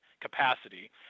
capacity